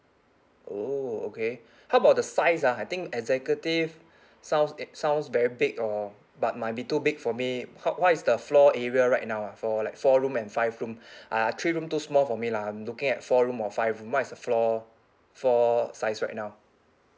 oh okay how about the size ah I think executive sounds eh sounds very big orh but might be too big for me how what is the floor area right now ah for like four room and five room uh three room too small for me lah I'm looking at four room or five room what is the floor floor size right now